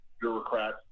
bureaucrats